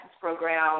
program